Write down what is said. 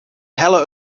helle